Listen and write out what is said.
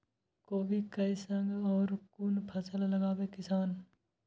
कोबी कै संग और कुन फसल लगावे किसान?